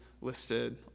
listed